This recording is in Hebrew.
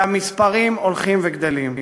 והמספרים הולכים וגדלים.